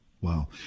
Wow